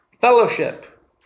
fellowship